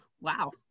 Wow